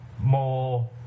more